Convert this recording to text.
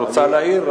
את רוצה להעיר,